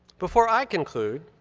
before i conclude,